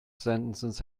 sentences